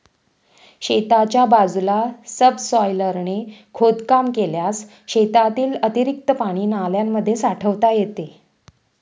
शेताच्या बाजूला सबसॉयलरने खोदकाम केल्यास शेतातील अतिरिक्त पाणी नाल्यांमध्ये साठवता येते